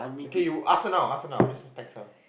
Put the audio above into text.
okay you ask her now ask her now just text her